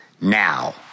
now